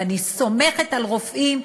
ואני סומכת על רופאים,